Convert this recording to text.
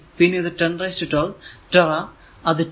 പിന്നെ 1012 നെ ടെറാ അത് T